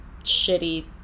shitty